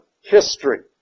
history